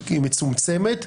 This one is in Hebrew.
מצומצמת,